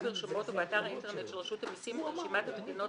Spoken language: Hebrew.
ברשומות ובאתר האינטרנט של רשות המסים את רשימת המדינות